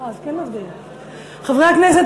חברי הכנסת,